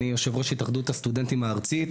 אני יושב-ראש התאחדות הסטודנטים הארצית.